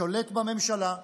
שולט בממשלה,